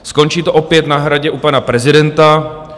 Skončí to opět na Hradě u pana prezidenta.